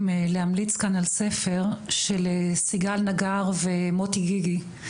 להמליץ כאן על ספר של סיגל נגר ומוטי גיגי,